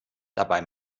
dabei